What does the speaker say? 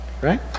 right